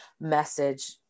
message